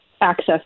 access